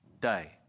day